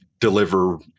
deliver